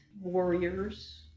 warriors